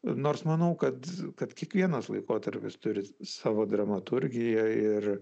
nors manau kad kad kiekvienas laikotarpis turi savo dramaturgiją ir